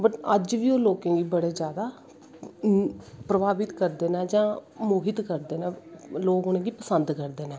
but अज्ज बी ओह् लोकें गी बड़े जादा प्रभावित करदे नै जां मोहित तकदे नै लोग उनोेंगी पसंद करदे नै